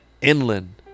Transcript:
inland